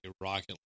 rocket